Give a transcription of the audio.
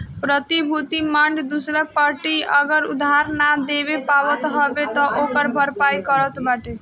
प्रतिभूति बांड दूसर पार्टी अगर उधार नाइ दे पावत हवे तअ ओकर भरपाई करत बाटे